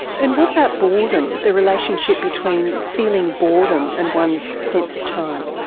and what about boredom, the relationship between feeling boredom and one's sense of time?